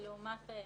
בוריס,